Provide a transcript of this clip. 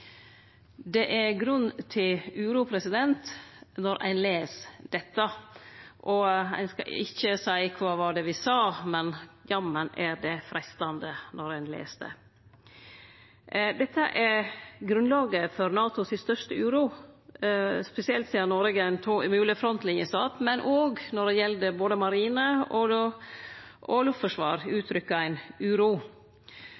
Det er grunn til uro når ein les dette, og ein skal ikkje seie kva var det me sa, men jammen er det freistande når ein les det. Dette er grunnlaget for NATO si største uro, spesielt sidan Noreg er ein mogeleg frontlinjestat. Men òg når det gjeld både marine og